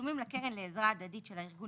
תשלומים לקרן לעזרה הדדית של הארגון